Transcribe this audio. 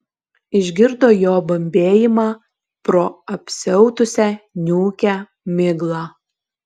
išgirdo jo bambėjimą pro apsiautusią niūkią miglą